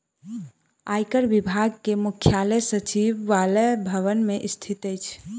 आयकर विभाग के मुख्यालय सचिवालय भवन मे स्थित अछि